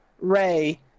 Ray